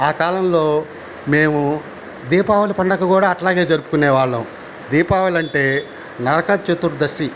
ఆ కాలంలో మేము దీపావళి పండుగ కూడా అట్లాగే జరుపుకునేవాళ్ళం దీపావలంటే నరక చతుర్దశి